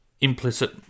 implicit